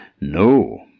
No